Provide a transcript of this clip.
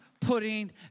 putting